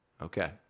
Okay